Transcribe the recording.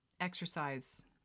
exercise